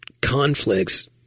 conflicts